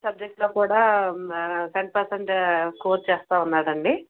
సబ్జెక్ట్లో కూడా ten percent score చేస్తు ఉన్నాడు అండి